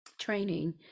training